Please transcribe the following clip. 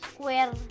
Square